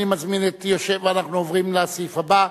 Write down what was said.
אנחנו עוברים לסעיף הבא.